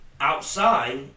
outside